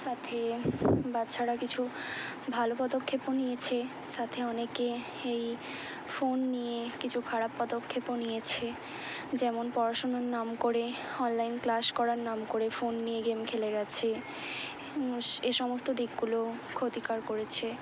সাথে বাচ্চারা কিছু ভালো পদক্ষেপও নিয়েছে সাথে অনেকে এই ফোন নিয়ে কিছু খারাপ পদক্ষেপও নিয়েছে যেমন পড়াশোনার নাম করে অনলাইন ক্লাস করার নাম করে ফোন নিয়ে গেম খেলে গেছে এ সমস্ত দিকগুলো ক্ষতিকর করেছে